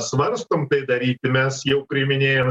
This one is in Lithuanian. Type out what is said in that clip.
svarstom tai daryti mes jau priiminėjam